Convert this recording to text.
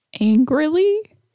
Angrily